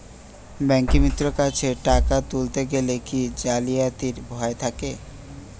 ব্যাঙ্কিমিত্র কাছে টাকা তুলতে গেলে কি জালিয়াতির ভয় থাকে?